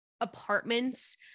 apartments